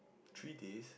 three days